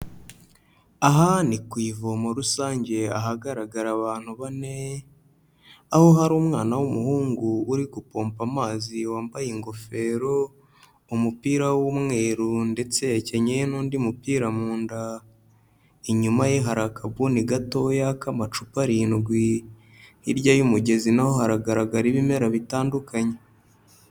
Aha ni ku ivomo rusange ahagaragara abantu bane, aho hari umwana w'umuhungu uri gupompa amazi wambaye ingofero, umupira w'umweru ndetse yakenyeye n'undi mupira mu nda, inyuma ye hari akabuni gatoya k'amacupa arindwi, hirya y'umugezi na ho haragaragara ibimera bitandukanye.